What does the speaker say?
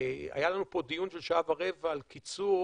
היה לנו פה דיון של שעה ורבע על קיצור